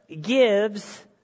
gives